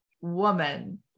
woman